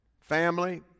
family